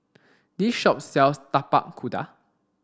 this shop sells Tapak Kuda